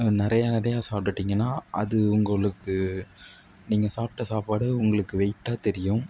நிறையா நிறையா சாப்பிட்டுட்டிங்கன்னா அது உங்களுக்கு நீங்கள் சாப்பிட்ட சாப்பாடு உங்களுக்கு வெயிட்டாக தெரியும்